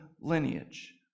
lineage